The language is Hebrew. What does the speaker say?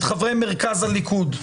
את חברי מרכז הליכוד,